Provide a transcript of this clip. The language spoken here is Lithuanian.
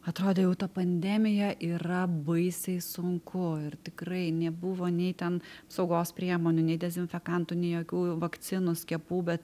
atrodė jau ta pandemija yra baisiai sunku ir tikrai nebuvo nei ten saugos priemonių nei dezinfekantų nei jokių vakcinos skiepų bet